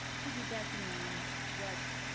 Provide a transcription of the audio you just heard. piggybacking on what,